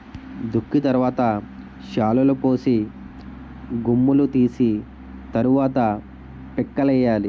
దుక్కి తరవాత శాలులుపోసి గుమ్ములూ తీసి తరవాత పిక్కలేయ్యాలి